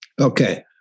Okay